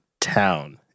town